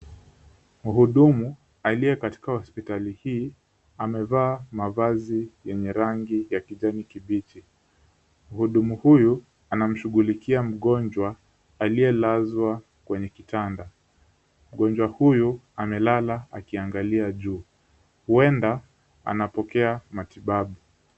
Mhudumu aliye katika hospitali hii amevaa mavazi yenye rangi ya kijani kibichi. Mhudumu huyu anamshughulikia mgonjwa aliyelazwa kwenye kitanda. Mgonjwa huyu amelala akiangalia juu. Huenda anapokea matibabu.